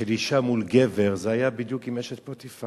של אשה מול גבר, זה היה בדיוק עם אשת פוטיפר.